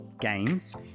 Games